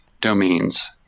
domains